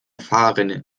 fahrrinne